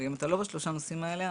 ואם אתה לא בשלושת הנושאים האלה,